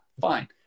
fine